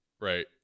Right